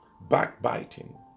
Backbiting